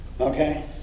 Okay